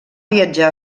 viatjar